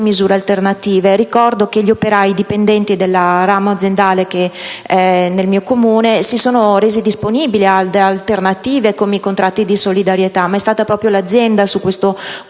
Ricordo che gli operai dipendenti del ramo aziendale con sede nel mio comune si sono resi disponibili ad alternative, come i contratti di solidarietà, ma è stata proprio l'azienda su questo punto